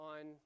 on